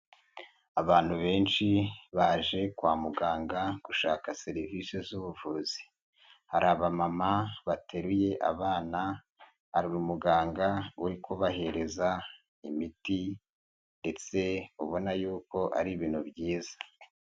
Abantu benshi baje kwa muganga gushaka serivisi z'ubuvuzi, hari abamama bateruye abana, hari umuganga uri kubahereza imiti ndetse ubona yuko ari ibintu byiza.